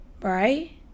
right